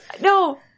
No